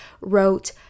wrote